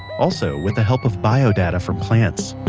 also with the help of bio data from plants